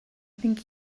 think